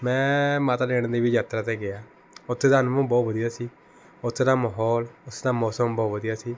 ਮੈਂ ਮਾਤਾ ਨੈਣਾ ਦੇਵੀ ਯਾਤਰਾ 'ਤੇ ਗਿਆ ਉੱਥੇ ਦਾ ਅਨੁਭਵ ਬਹੁਤ ਵਧੀਆ ਸੀ ਉੱਥੇ ਦਾ ਮਾਹੌਲ ਉੱਥੇ ਦਾ ਮੌਸਮ ਬਹੁਤ ਵਧੀਆ ਸੀ